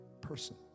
person